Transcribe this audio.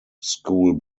school